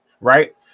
right